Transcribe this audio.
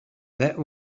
that